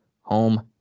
home